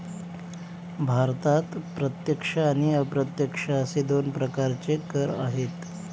भारतात प्रत्यक्ष आणि अप्रत्यक्ष असे दोन प्रकारचे कर आहेत